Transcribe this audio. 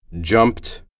jumped